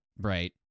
Right